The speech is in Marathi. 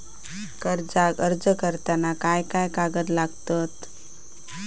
कर्जाक अर्ज करताना काय काय कागद लागतत?